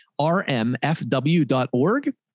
rmfw.org